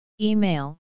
Email